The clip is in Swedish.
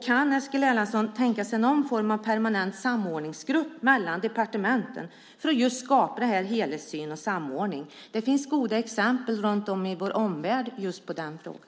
Kan Eskil Erlandsson tänka sig någon form av permanent samordningsgrupp för departementen för att just skapa denna helhetssyn och samordning? Det finns goda exempel runt om i vår omvärld just i fråga om detta.